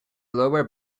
lower